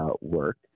work